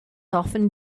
often